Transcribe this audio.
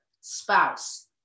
spouse